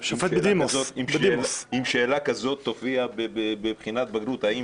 אם שאלה כזאת תופיע בבחינת בגרות: האם